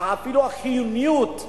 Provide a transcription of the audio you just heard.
אפילו החיוניות,